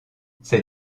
ces